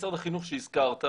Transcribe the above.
משרד החינוך שהזכרת,